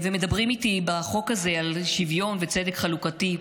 מדברים איתי בחוק הזה על שוויון ועל צדק חלוקתי,